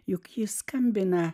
juk ji skambina